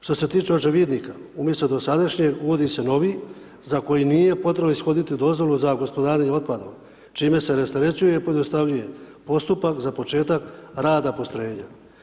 Što se tiče očevidnika umjesto dosadašnji uvodi se novi, za koji nije potrebno ishoditi dozvolu za gospodarenjem otpadom, čime se rasterećuje i pojednostavljuje postupak za početak rada postrojenja.